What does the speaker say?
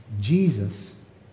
Jesus